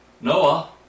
Noah